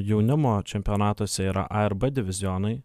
jaunimo čempionatuose yra a ir b divizionai